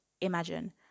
Imagine